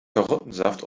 karottensaft